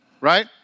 right